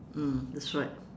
mm that's right